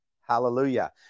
Hallelujah